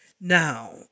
now